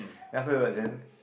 then afterwards then